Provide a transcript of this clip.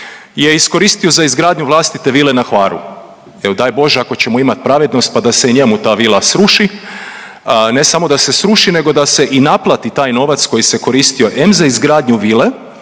je iskoristio za izgradnju vlastite vile na Hvaru. Evo, daj Bože ako ćemo imati pravednost pa da se i njemu ta vila sruši, ne samo da se sruši, nego da se i naplati taj novac koji se koristio em za izgradnju vile,